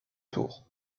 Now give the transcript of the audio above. tours